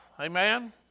Amen